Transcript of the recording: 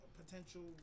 potential